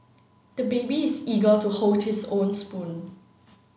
the baby is eager to hold his own spoon